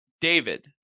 David